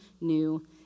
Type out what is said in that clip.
new